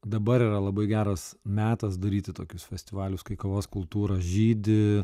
dabar yra labai geras metas daryti tokius festivalius kai kavos kultūra žydi